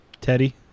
Teddy